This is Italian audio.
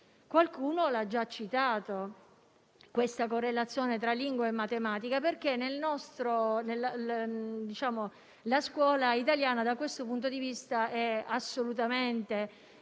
Qualcuno ha già parlato della correlazione tra lingua e matematica; la scuola italiana da questo punto di vista è assolutamente arretrata.